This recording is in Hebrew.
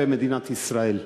במדינת ישראל.